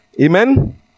amen